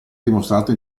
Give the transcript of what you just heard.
dimostrato